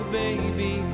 baby